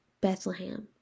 Bethlehem